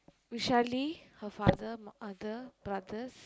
Vishali her father mother brothers